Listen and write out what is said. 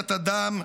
וקואליציית הדם,